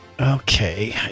okay